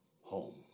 home